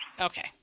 Okay